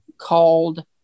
called